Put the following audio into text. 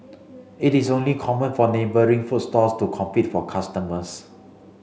it is only common for neighbouring food stalls to compete for customers